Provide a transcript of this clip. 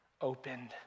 opened